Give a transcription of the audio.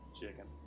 Chicken